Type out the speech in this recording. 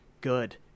good